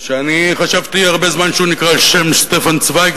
שאני חשבתי הרבה זמן שהוא נקרא על שם סטפן צווייג,